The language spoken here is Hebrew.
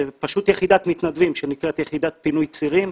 פשוט יחידת מתנדבים שנקראת יחידת פינוי צירים,